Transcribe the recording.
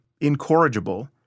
incorrigible